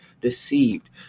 deceived